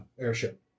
airship